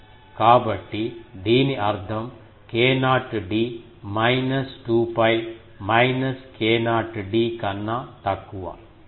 కాబట్టి దీని అర్థం k0 d minus 2 𝜋 minus k0 d కన్నా తక్కువ